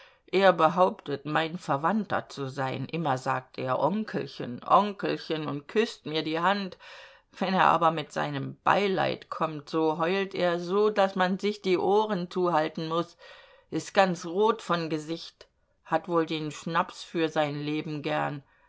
er behauptet mein verwandter zu sein immer sagt er onkelchen onkelchen und küßt mir die hand wenn er aber mit seinem beileid kommt so heult er so daß man sich die ohren zuhalten muß ist ganz rot von gesicht hat wohl den schnaps für sein leben gern